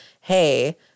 Hey